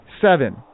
Seven